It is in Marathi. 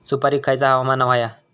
सुपरिक खयचा हवामान होया?